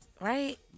Right